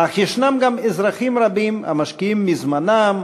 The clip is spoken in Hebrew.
אך ישנם גם אזרחים רבים המשקיעים מזמנם,